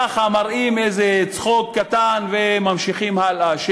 ככה מראים איזה צחוק קטן וממשיכים הלאה,